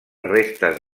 restes